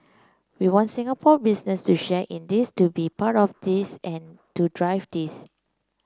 we want Singapore business to share in this to be part of this and to drive this